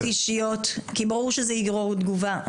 בלי הערות אישיות כי ברור שזה יגרור עוד תגובה.